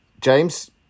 James